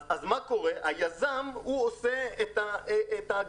מה שקורה זה שהיזם מגדיר את הקריטריונים,